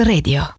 Radio